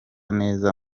neza